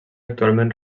actualment